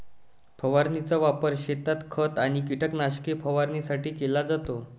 फवारणीचा वापर शेतात खत आणि कीटकनाशके फवारणीसाठी केला जातो